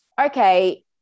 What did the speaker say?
okay